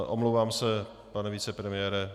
Omlouvám se, pane vicepremiére.